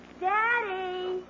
Daddy